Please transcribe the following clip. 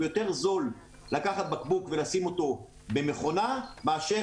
יותר זול לקחת בקבוק ולשים אותו במכונה מאשר